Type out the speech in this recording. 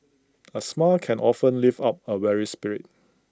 A smile can often lift up A weary spirit